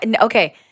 okay